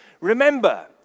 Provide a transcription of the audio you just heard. Remember